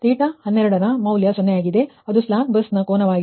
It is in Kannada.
05 ಮತ್ತು θ12 ನ ಮೌಲ್ಯ 0 ಆಗಿದೆ ಅದು ಸ್ಲಾಕ್ ಬಸ್ ಕೋನವಾಗಿದೆ